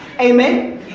Amen